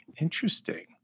Interesting